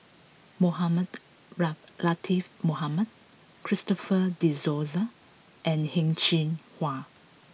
Mohamed Latiff Mohamed Christopher De Souza and Heng Cheng Hwa